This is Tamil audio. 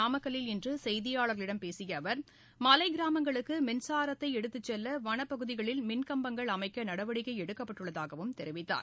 நாமக்கல்லில் இன்று செய்தியாளர்களிடம் பேசிய அவர் மலை கிராமங்களுக்கு மின்சாரத்தை எடுத்து செல்ல வனப்பகுதிகளில் மின் கம்பங்கள் அமைக்க நடவடிக்கை எடுக்கப்பட்டுள்ளதாகவும் தெரிவித்தார்